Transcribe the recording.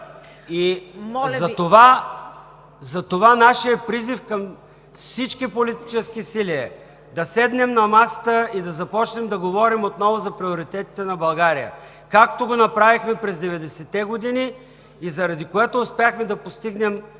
Затова нашият призив към всички политически сили е да седнем на масата и да започнем да говорим отново за приоритетите на България, както го направихме през 90-те години и заради което успяхме да постигнем